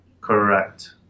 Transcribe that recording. Correct